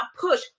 push